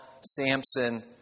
Samson